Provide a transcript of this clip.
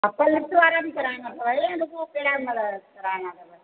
upper lips वारा बि कराइणा अथव या रुॻो प्लेन कराइणा अथव